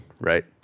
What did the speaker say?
right